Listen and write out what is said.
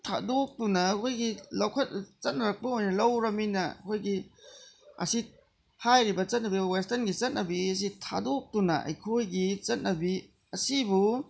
ꯊꯥꯗꯣꯛꯇꯨꯅ ꯑꯩꯈꯣꯏꯒꯤ ꯆꯠꯅꯔꯛꯄ ꯑꯣꯏꯅ ꯂꯧꯔꯕꯅꯤꯅ ꯑꯩꯈꯣꯏꯒꯤ ꯑꯁꯤ ꯍꯥꯏꯔꯤꯕ ꯆꯠꯅꯕꯤ ꯋꯦꯁꯇꯔꯟꯒꯤ ꯆꯠꯅꯕꯤ ꯑꯁꯤ ꯊꯥꯗꯣꯛꯇꯨꯅ ꯑꯩꯈꯣꯏꯒꯤ ꯆꯠꯅꯕꯤ ꯑꯁꯤꯕꯨ